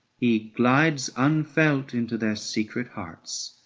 he glides unfelt into their secret hearts.